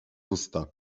usta